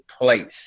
place